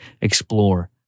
explore